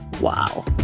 wow